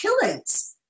killings